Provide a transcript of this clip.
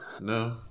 No